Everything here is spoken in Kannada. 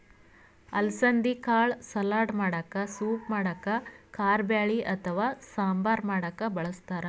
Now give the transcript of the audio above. ಅಲಸಂದಿ ಕಾಳ್ ಸಲಾಡ್ ಮಾಡಕ್ಕ ಸೂಪ್ ಮಾಡಕ್ಕ್ ಕಾರಬ್ಯಾಳಿ ಅಥವಾ ಸಾಂಬಾರ್ ಮಾಡಕ್ಕ್ ಬಳಸ್ತಾರ್